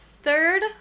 third